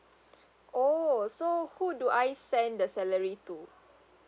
oh so who do I send the salary to